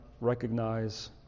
recognize